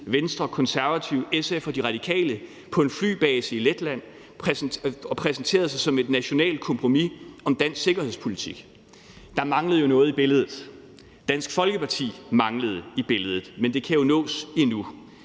Venstre, Konservative, SF og De Radikale på en flybase i Letland, hvor de præsenterede sig som et nationalt kompromis om dansk sikkerhedspolitik. Der manglede jo noget i billedet. Dansk Folkeparti manglede i billedet, men det kan jo nås endnu.